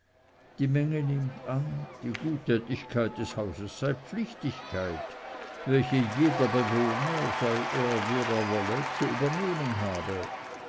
die menge nimmt an die guttätigkeit des hauses sei pflichtigkeit welche jeder bewohner sei er wer er wolle zu übernehmen habe